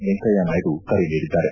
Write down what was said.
ವೆಂಕಯ್ಯ ನಾಯ್ಡು ಕರೆ ನೀಡಿದ್ದಾರೆ